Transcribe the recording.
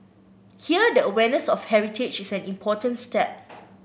here the awareness of heritage is an important step